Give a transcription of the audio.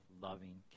loving